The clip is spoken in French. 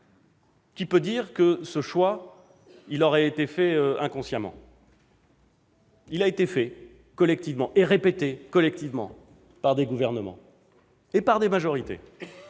Qui peut dire que ce choix a été fait inconsciemment ? Il a été fait et répété, collectivement, par des gouvernements et des majorités